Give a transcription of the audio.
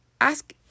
ask